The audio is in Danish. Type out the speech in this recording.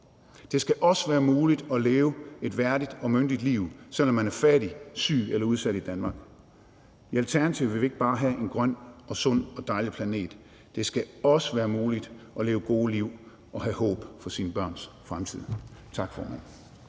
Det skal også være muligt at leve et værdigt og myndigt liv, selv om man er fattig, syg eller udsat i Danmark. I Alternativet vil vi ikke bare have en grøn, sund og dejlig planet, men det skal også være muligt at leve gode liv og have håb for sine børns fremtid. Tak, formand.